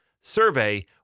survey